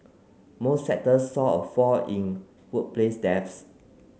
most sectors saw a fall in workplace deaths